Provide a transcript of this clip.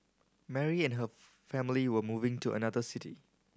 Mary and her family were moving to another city